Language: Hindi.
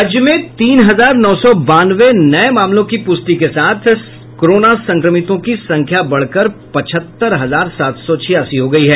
राज्य में तीन हजार नौ सौ बानवे नये मामलों की पुष्टि के साथ संक्रमितों की संख्या बढ़कर पचहत्तर हजार सात सौ छियासी हो गयी है